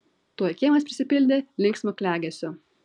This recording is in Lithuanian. tuoj kiemas prisipildė linksmo klegesio